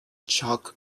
chalk